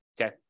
Okay